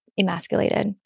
emasculated